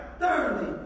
thoroughly